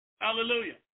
Hallelujah